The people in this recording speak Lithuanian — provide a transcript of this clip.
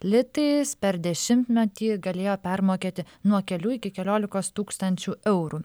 litais per dešimtmetį galėjo permokėti nuo kelių iki keliolikos tūkstančių eurų